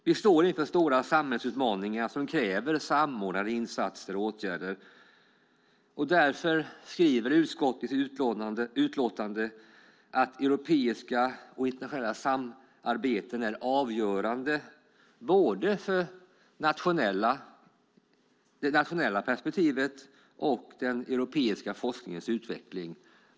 Vi står inför stora utmaningar som kräver samordnade insatser och åtgärder. Därför skriver utskottet i sitt utlåtande att europeiska och internationella samarbeten är avgörande både ur det nationella perspektivet och för den europeiska forskningens utveckling.